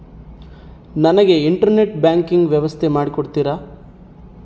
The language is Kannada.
ನನಗೆ ಇಂಟರ್ನೆಟ್ ಬ್ಯಾಂಕಿಂಗ್ ವ್ಯವಸ್ಥೆ ಮಾಡಿ ಕೊಡ್ತೇರಾ?